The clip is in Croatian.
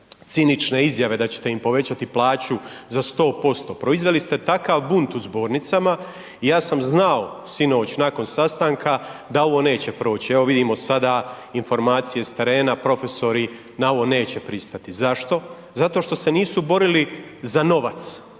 cinične izjave da ćete im povećati plaću za 100%. Proizveli ste takav bunt u zbornicama i ja sam znao sinoć nakon sastanka da ovo neće proći, evo vidimo sada informacije s terena profesori na ovo neće pristati. Zašto? Zato što se nisu borili za novac,